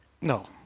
No